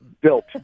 built